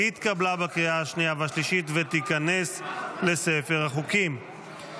התקבלה בקריאה השנייה והשלישית ותיכנס לספר החוקים.